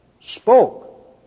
spoke